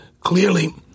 clearly